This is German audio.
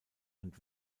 und